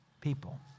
people